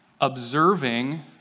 observing